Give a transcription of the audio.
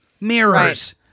Mirrors